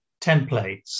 templates